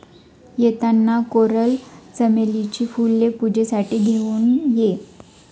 येताना कोरल चमेलीची फुले पूजेसाठी घेऊन ये